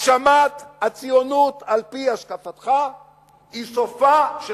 הגשמת הציונות על-פי השקפתך היא סופה של